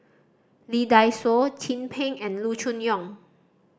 Lee Dai Soh Chin Peng and Loo Choon Yong